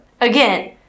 Again